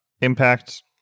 impact